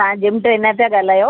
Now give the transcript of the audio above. तव्हां gym trainer पिया ॻाल्हायो